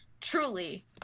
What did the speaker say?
truly